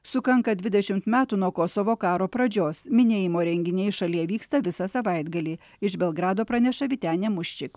sukanka dvidešimt metų nuo kosovo karo pradžios minėjimo renginiai šalyje vyksta visą savaitgalį iš belgrado praneša vytenė muščik